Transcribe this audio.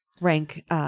rank-